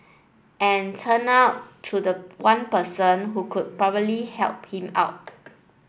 and turn out to the one person who could probably help him out